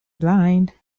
blind